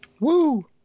Woo